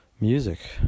music